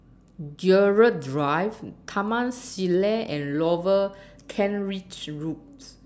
Gerald Drive Taman Sireh and Lower Kent Ridge Roads